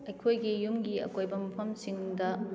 ꯑꯩꯈꯣꯏꯒꯤ ꯌꯨꯝꯒꯤ ꯑꯀꯣꯏꯕ ꯃꯐꯝꯁꯤꯡꯗ